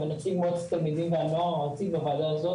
שבה נפגשים ילדים מבתי ספר שונים,